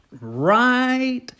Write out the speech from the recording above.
right